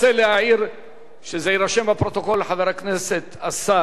שזה יירשם בפרוטוקול: השר גדעון סער הצביע